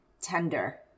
tender